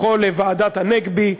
לכל ועדת הנגבי,